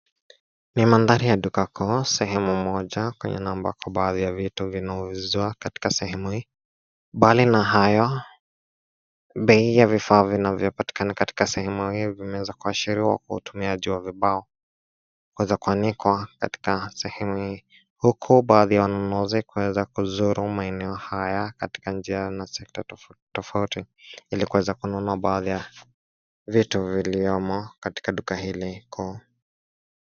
Ni mandhari ya duka kuu, sehemu moja kwenye ambako baadhi ya vitu vinauziwa katika sehemu hii. Mbali na hayo, bei ya vifaa vinavyopatikana katika sehemu hii vimeweza kuashiriwa kwa utumiaji wa vibao kuweza kuanikwa katika sehemu hii, huku baadhi ya wanunuzi kuweza kuzuru maeneo haya katika njia na sekta tofauti tofauti ili kuweza kununua baadhi ya vitu vilivyomo katika duka hili kuu.